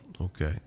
Okay